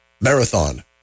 Marathon